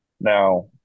Now